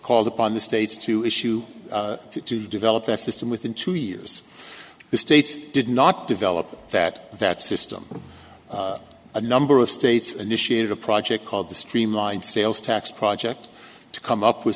called upon the states to issue to develop that system within two years the states did not develop that that system a number of states initiated a project called the streamlined sales tax project to come up with